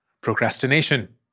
procrastination